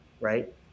right